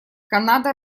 канада